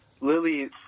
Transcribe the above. Lily